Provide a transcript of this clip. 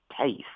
taste